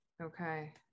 Okay